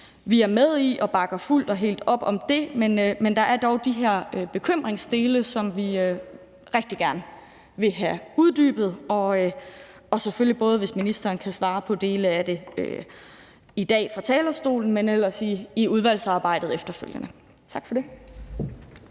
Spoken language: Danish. er med i og bakker fuldt og helt op om. Men der er dog de her bekymringsdele, som vi rigtig gerne vil have uddybet, både hvis ministeren kan svare på dele af det i dag fra talerstolen, men ellers i udvalgsarbejdet efterfølgende. Tak for det.